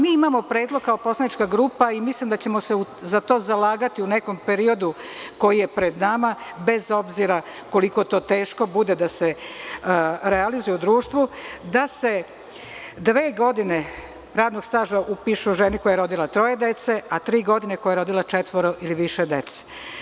Mi imamo predlog kao poslanička grupa, i mislim da ćemo se za to zalagati u nekom periodu koji je pred nama, bez obzira koliko to teško bude da se realizuje u društvu, da se dve godine radnog staža upiše ženi koja je rodila troje dece a tri godine koja je rodila četvoro ili više dece.